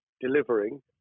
delivering